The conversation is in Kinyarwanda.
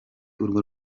urwo